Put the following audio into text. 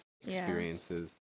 experiences